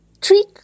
Trick